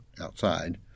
outside